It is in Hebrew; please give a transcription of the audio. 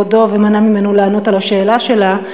בלבל כנראה את כבודו ומנע ממנו לענות על השאלה שלה.